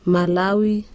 Malawi